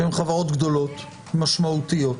שהן חברות גדולות משמעותיות,